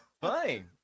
fine